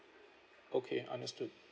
okay understood